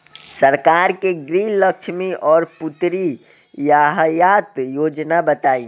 सरकार के गृहलक्ष्मी और पुत्री यहायता योजना बताईं?